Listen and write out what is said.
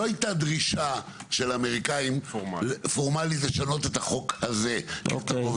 לא הייתה דרישה פורמלית של האמריקאים לשנות את החוק הזה כלשונו.